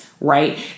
right